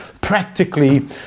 practically